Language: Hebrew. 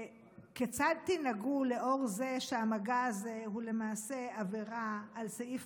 כיצד תנהגו לאור זה שהמגע הזה הוא למעשה עבירה על סעיף